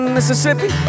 Mississippi